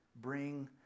bring